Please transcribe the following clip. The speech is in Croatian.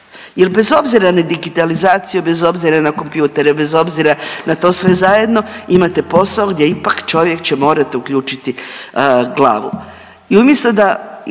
Jel bez obzira na digitalizaciju, bez obzira na kompjutere, bez obzira na to sve zajedno imate posao gdje ipak čovječe morate uključiti glavu